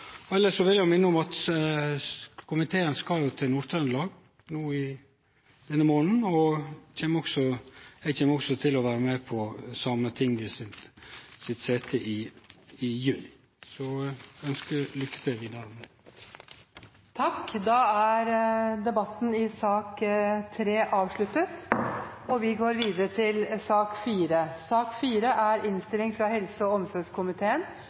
Elles vil eg minne om at komiteen skal til Nord-Trøndelag no i denne månaden, og eg kjem også til å vere med på Sametingets sete i juni. Eg ønskjer lykke til vidare med det. Flere har ikke bedt om ordet til sak